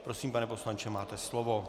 Prosím, pane poslanče, máte slovo.